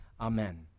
Amen